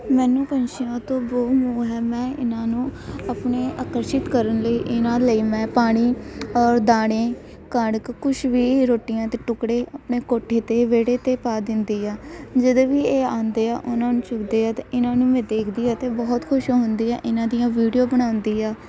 ਮੈਨੂੰ ਪੰਛੀਆਂ ਤੋਂ ਬਹੁ ਮੋਹ ਹੈ ਮੈਂ ਇਹਨਾਂ ਨੂੰ ਆਪਣੇ ਆਕਰਸ਼ਿਤ ਕਰਨ ਲਈ ਇਹਨਾਂ ਲਈ ਮੈਂ ਪਾਣੀ ਔਰ ਦਾਣੇ ਕਣਕ ਕੁਝ ਵੀ ਰੋਟੀਆਂ ਦੇ ਟੁਕੜੇ ਆਪਣੇ ਕੋਠੇ 'ਤੇ ਵਿਹੜੇ 'ਤੇ ਪਾ ਦਿੰਦੀ ਆ ਜਦੋਂ ਵੀ ਇਹ ਆਉਂਦੇ ਆ ਉਹਨਾਂ ਨੂੰ ਚੁਗਦੇ ਆ ਅਤੇ ਇਹਨਾਂ ਨੂੰ ਮੈਂ ਦੇਖਦੀ ਹੈ ਅਤੇ ਬਹੁਤ ਖੁਸ਼ ਹੁੰਦੀ ਹੈ ਇਹਨਾਂ ਦੀਆਂ ਵੀਡੀਓ ਬਣਾਉਂਦੀ ਆ